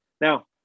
Now